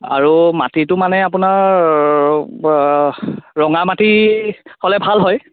আৰু মাটিটো মানে আপোনাৰ ৰঙা মাটি হ'লে ভাল হয়